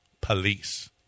Police